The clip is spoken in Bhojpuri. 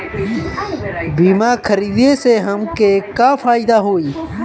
बीमा खरीदे से हमके का फायदा होई?